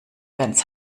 ganz